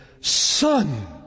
Son